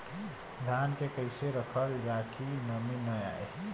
धान के कइसे रखल जाकि नमी न आए?